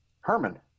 Herman